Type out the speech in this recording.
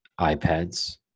iPads